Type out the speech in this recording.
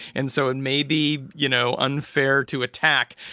and so it may be, you know, unfair to attack.